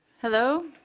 Hello